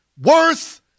worth